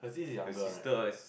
her sister is